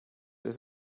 ist